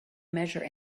measure